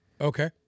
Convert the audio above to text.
Okay